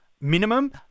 minimum